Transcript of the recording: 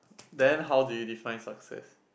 then how do you define success